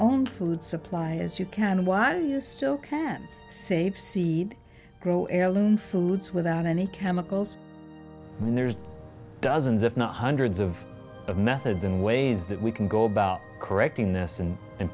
own food supply as you can while you still can save seed grow heirloom foods without any chemicals and there's dozens if not hundreds of a method in ways that we can go about correcting this and